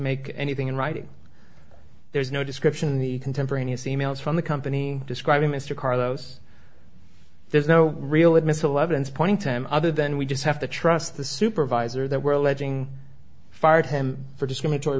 make anything in writing there's no description in the contemporaneous e mails from the company describing mr carlos there's no real admissible evidence pointing to him other than we just have to trust the supervisor that we're alleging fired him for discriminatory